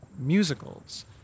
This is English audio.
musicals